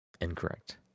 Incorrect